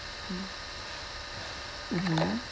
mm mmhmm